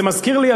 זה מזכיר לי,